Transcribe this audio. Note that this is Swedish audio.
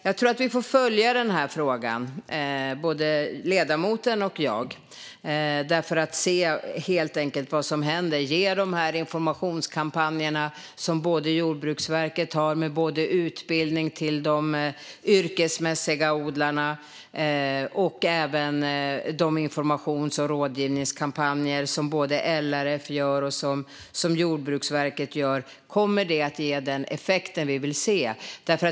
Jag tror att vi får följa den här frågan, både ledamoten och jag, för att se vad som händer och ge de här informationskampanjerna från Jordbruksverket med utbildning till yrkesodlarna och även de informations och rådgivningskampanjer som LRF och Jordbruksverket gör. Kommer det att ge den effekt vi vill se?